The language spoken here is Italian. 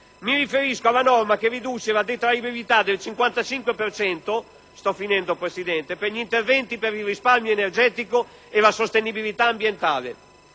Mi riferisco alle norma che riduce la detraibilità del 55 per cento per gli interventi per il risparmio energetico e la sostenibilità ambientale.